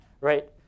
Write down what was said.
right